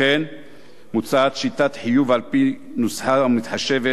לכן מוצעת שיטת חיוב על-פי נוסחה המתחשבת